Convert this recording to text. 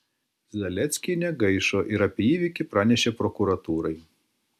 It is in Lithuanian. zaleckiai negaišo ir apie įvykį pranešė prokuratūrai